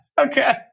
Okay